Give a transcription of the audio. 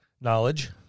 knowledge